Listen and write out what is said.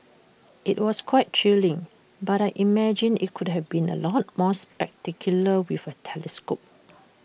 IT was quite thrilling but I imagine IT could have been A lot more spectacular with A telescope